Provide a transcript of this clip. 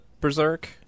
Berserk